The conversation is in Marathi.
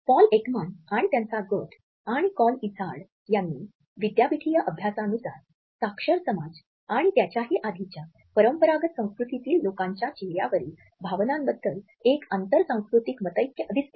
पॉल एकमन आणि त्याचा गट आणि क्रॉल इझार्ड यांनी विद्यापीठीय अभ्यासानुसार साक्षरसमाज आणि त्याच्याही आधीच्या परंपरागत संस्कृतीतील लोकांच्या चेहऱ्यावरील भावनांबद्दल एक आंतर सांस्कृतिक मतैक्य दिसते